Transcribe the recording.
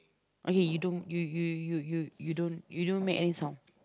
okay you don't you you you you you don't you don't make any sound